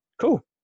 Cool